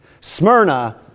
Smyrna